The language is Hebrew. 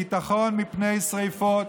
ביטחון מפני שרפות,